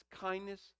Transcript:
kindness